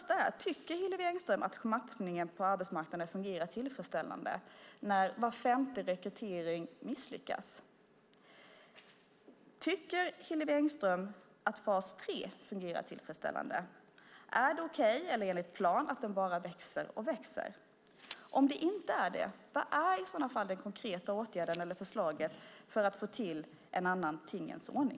Tycker Hillevi Engström att matchningen på arbetsmarknaden fungerar tillfredsställande när var femte rekrytering misslyckas? Tycker Hillevi Engström att fas 3 fungerar tillfredsställande? Är det okej eller enligt plan att den bara växer och växer? Om det inte är det, vad är i så fall den konkreta åtgärden eller det konkreta förslaget för att få till en annan tingens ordning?